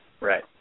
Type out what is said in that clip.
right